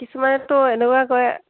কিছুমানেতো এনেকুৱা কৰে